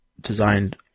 designed